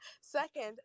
Second